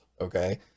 Okay